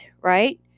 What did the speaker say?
right